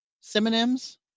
synonyms